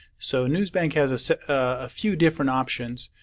so, newsbank has a ah few different options.